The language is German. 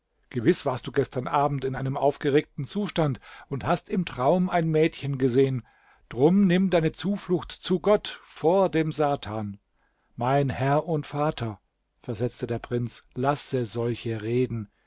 gewiß warst du gestern abend in einem aufgeregten zustand und hast im traum ein mädchen gesehen drum nimm deine zuflucht zu gott vor dem satan mein herr und vater versetzte der prinz lasse solche reden